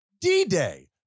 D-Day